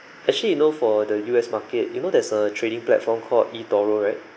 actually you know for the U_S market you know there's a trading platform called E toro right